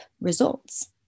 results